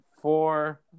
Four